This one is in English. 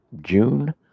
june